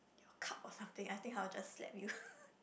your cup or something I think I will just slap you